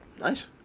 Nice